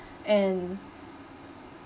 and